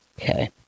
Okay